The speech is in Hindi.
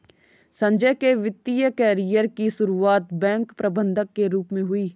संजय के वित्तिय कैरियर की सुरुआत बैंक प्रबंधक के रूप में हुई